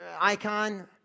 icon